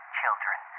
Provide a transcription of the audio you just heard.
children